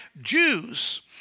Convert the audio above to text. Jews